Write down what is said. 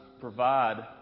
provide